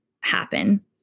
happen